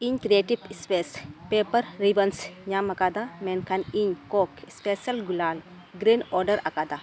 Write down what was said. ᱤᱧ creative space paper ribbons ᱧᱟᱢ ᱟᱠᱟᱫᱟ ᱢᱮᱱᱠᱷᱟᱱ ᱤᱧ ᱠᱚᱠ ᱥᱯᱮᱥᱟᱞ ᱜᱩᱞᱟᱞ ᱜᱨᱤᱱ ᱚᱨᱰᱟᱨ ᱟᱠᱟᱫᱟ